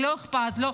לא אכפת לו,